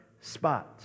spot